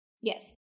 Yes